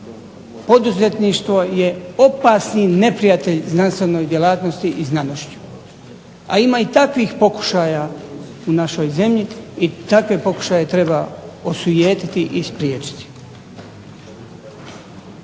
Poduzetništvo je opasni neprijatelj znanstvenoj djelatnosti i znanošću, a ima i takvih pokušaja u našoj zemlji i takve pokušaje treba osujetiti i spriječiti.